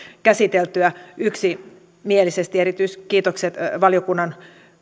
käsiteltyä yksimielisesti erityiskiitokset valiokunnan